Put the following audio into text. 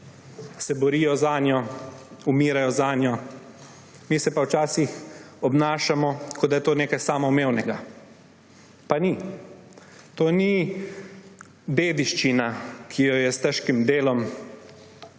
se borijo zanjo, umirajo zanjo, mi se pa včasih obnašamo, kot da je to nekaj samoumevnega. Pa ni. To ni dediščina, ki so jo s težkim delom